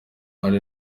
ari